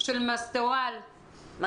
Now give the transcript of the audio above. מסטוואל.